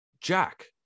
Jack